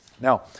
Now